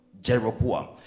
Jeroboam